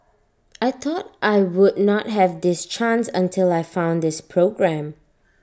I thought I would not have this chance until I found this programme